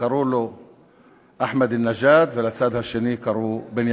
לשקם אמון שנסדק ותפתח פתח לשיתוף פעולה